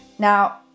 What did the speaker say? Now